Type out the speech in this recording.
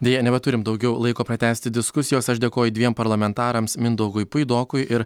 deja nebeturim daugiau laiko pratęsti diskusijos aš dėkoju dviem parlamentarams mindaugui puidokui ir